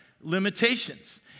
limitations